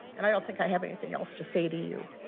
and i don't think i have anything else to say to you.